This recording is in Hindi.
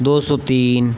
दो सौ तीन